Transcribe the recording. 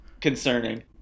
concerning